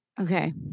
Okay